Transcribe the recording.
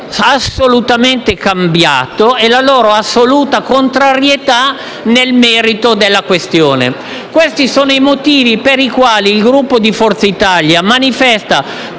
la loro assoluta contrarietà nel merito della questione. Questi sono i motivi per i quali il Gruppo di Forza Italia manifesta